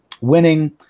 winning